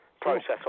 process